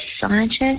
scientists